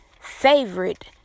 favorite